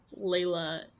Layla